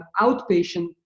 outpatient